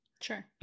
Sure